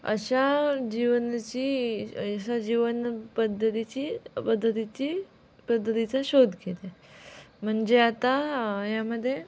अशा जीवनाची अशा जीवन पद्धतीची पद्धतीची पद्धतीचा शोध घेत आहे म्हणजे आता यामध्ये